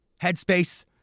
Headspace